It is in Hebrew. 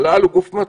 מל"ל הוא גוף מטה.